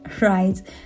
right